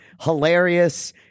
hilarious